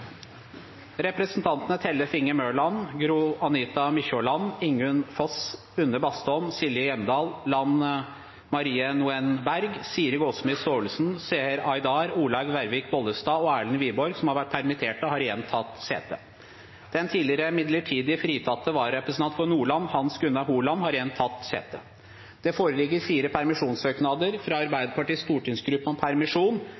Representantene Tellef Inge Mørland , Gro-Anita Mykjåland , Ingunn Foss , Une Bastholm , Silje Hjemdal , Lan Marie Nguyen Berg , Siri Gåsemyr Staalesen , Seher Aydar , Olaug Vervik Bollestad og Erlend Wiborg , som har vært permittert, har igjen tatt sete. Den tidligere midlertidig fritatte vararepresentant for Nordland, Hans Gunnar Holand , har igjen tatt sete. Det foreligger fire permisjonssøknader: fra